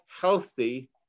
healthy